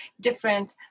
different